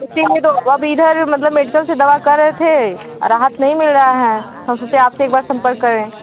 इसीलिए तो अब इधर मतलब मेडिकल से दवा कर रहे थे आ राहत नहीं मिल रहा है तो हम सोचे आपसे एक बार संपर्क कर लें